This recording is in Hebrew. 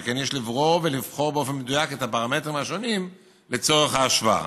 שכן יש לברור ולבחור באופן מדויק את הפרמטרים השונים לצורך ההשוואה.